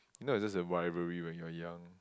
if not it's just a rivalry when you're young